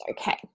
okay